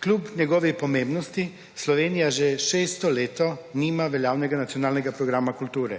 Kljub njegovi pomembnosti Slovenije že šesto leto nima veljavnega nacionalnega programa kulture.